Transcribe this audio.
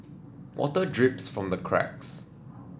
water drips from the cracks